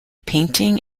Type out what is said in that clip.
painting